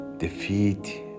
Defeat